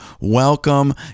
welcome